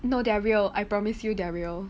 no they're real I promise you they're real